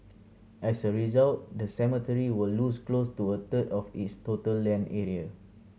as a result the cemetery will lose close to a third of its total land area